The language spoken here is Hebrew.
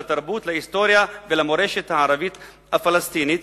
לתרבות, להיסטוריה ולמורשת הערבית הפלסטינית.